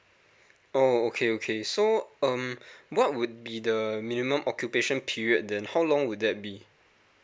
oh okay okay so um what would be the minimum occupation period then how long will that be